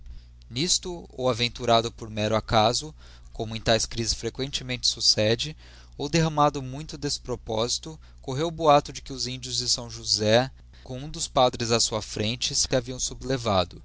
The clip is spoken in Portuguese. nisto ou aventurado por mero acaso como em taes crises frequentemente succede ou derramado muito deproposito correu o boato de que os indios de s josé com um dos padres n sua frente